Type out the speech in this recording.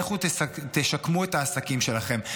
לכו תשקמו את העסקים שלכם.